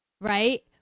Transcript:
right